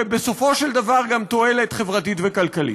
ובסופו של דבר גם תועלת חברתית וכלכלית.